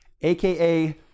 aka